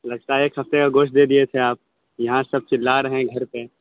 لگتا ہے ایک ہفتے کا گوشت دے دیئے تھے آپ یہاں سب چلا رہے ہیں گھر پہ